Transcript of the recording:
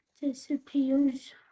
disappears